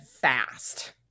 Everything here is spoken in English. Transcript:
fast